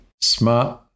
smart